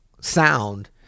sound